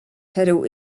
pedal